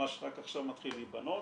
ממש רק עכשיו מתחיל להיבנות.